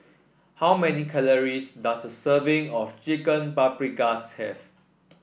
how many calories does a serving of Chicken Paprikas have